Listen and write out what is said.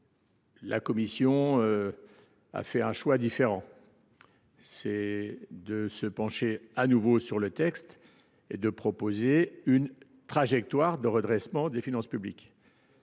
La commission a fait un autre choix, celui de se pencher de nouveau sur le texte et de proposer une trajectoire de redressement des finances publiques.